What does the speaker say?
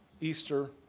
Easter